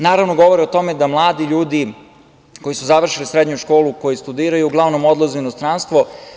Naravno, govore o tome da mladi ljudi koji su završili srednju školu, koji studiraju uglavnom odlaze u inostranstvo.